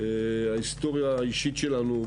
ההיסטוריה האישית שלנו,